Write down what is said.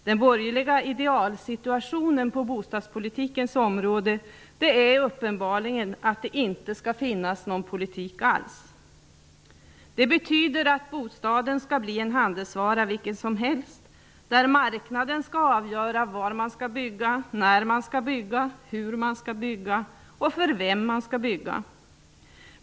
Den borgerliga idealsituationen på bostadspolitikens område är uppenbarligen att det inte skall finnas någon politik alls. Det betyder att bostaden skall bli en handelsvara vilken som helst, där marknaden skall avgöra var, när och hur man skall bygga och för vem man skall bygga.